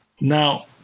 Now